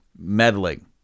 meddling